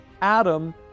Adam